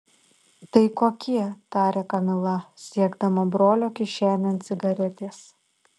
tai kokie tarė kamila siekdama brolio kišenėn cigaretės